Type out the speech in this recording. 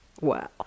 Wow